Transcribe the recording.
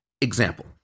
Example